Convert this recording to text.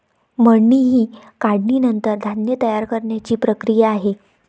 मळणी ही काढणीनंतर धान्य तयार करण्याची प्रक्रिया आहे